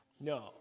No